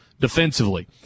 defensively